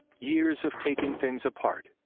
years of taking things apart,